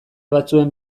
batzuen